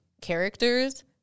characters